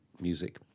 music